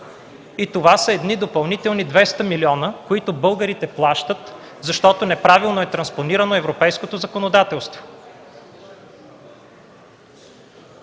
и това са едни допълнителни 200 милиона, които българите плащат, защото неправилно е транспонирано европейското законодателство.